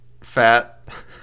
fat